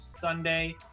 Sunday